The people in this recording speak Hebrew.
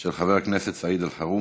של חבר הכנסת סעיד אלחרומי.